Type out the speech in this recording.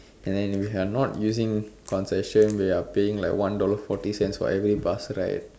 and then if we are not using concession we are paying like one dollar forty cents for every bus ride